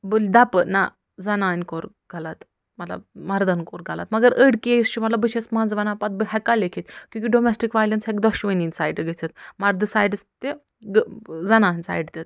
بہٕ دَپہٕ نَہ زَنانہِ کوٚر غلط مطلب مَردَن کوٚر غلط مَگر أڈۍ کیس چھِ مطلب بہٕ چھیٚس منٛزٕ وَنان پتہٕ بہٕ ہیٚکا لیٚکھِتھ کیٛونٛکہِ ڈومیٚسٹِک وۄاییلیٚنٕس ہیٚکہِ دوٚشؤنی ہنٛدۍ سایڈٕ گژھِتھ مردٕ سایڈَس تہِ تہٕ زَنان سایڈ تہِ